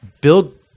build